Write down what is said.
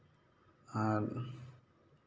ᱟᱨ